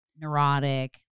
Neurotic